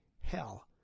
Hell